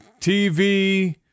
TV